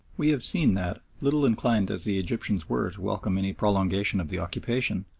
we have seen that, little inclined as the egyptians were to welcome any prolongation of the occupation,